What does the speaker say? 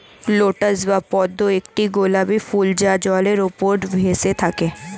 lotus বা পদ্ম একটি গোলাপী ফুল যা জলের উপর ভেসে থাকে